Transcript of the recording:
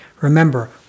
Remember